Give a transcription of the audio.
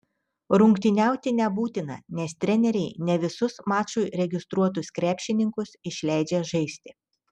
rungtyniauti nebūtina nes treneriai ne visus mačui registruotus krepšininkus išleidžia žaisti